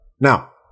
now